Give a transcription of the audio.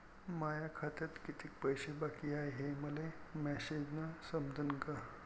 माया खात्यात कितीक पैसे बाकी हाय हे मले मॅसेजन समजनं का?